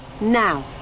Now